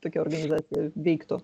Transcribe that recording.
tokia organizacija veiktų